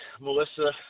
Melissa